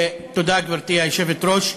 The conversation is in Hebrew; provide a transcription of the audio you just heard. תודה, גברתי היושבת-ראש.